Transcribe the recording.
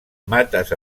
mates